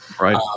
Right